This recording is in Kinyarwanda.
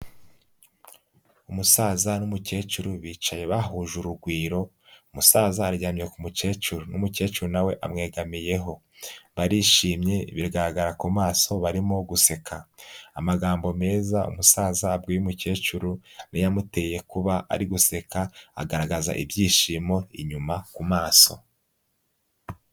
Umusaza n'umukecuru bicaye bahuje urugwiro, umusaza aryamye ku mukecuru n'umukecuru na we amwegamiyeho, barishimye bigaragarara ku maso barimo guseka, amagambo meza umusaza abwiye umukecuru ni yo amuteye kuba ari guseka, agaragaza ibyishimo inyuma ku maso.